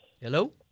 Hello